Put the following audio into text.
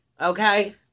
okay